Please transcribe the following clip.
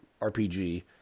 RPG